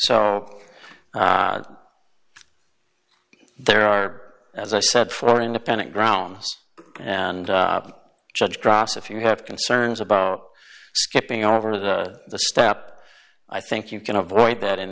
so there are as i said four independent grounds and judge cross if you have concerns about skipping over the step i think you can avoid that in